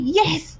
yes